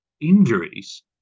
injuries